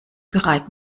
bereit